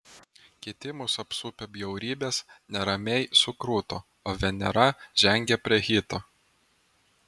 kiti mus apsupę bjaurybės neramiai sukruto o venera žengė prie hito